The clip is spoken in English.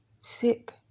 sick